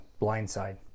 blindside